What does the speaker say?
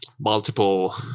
multiple